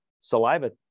saliva